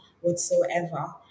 whatsoever